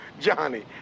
Johnny